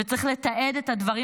וצריך לתעד את הדברים.